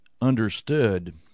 understood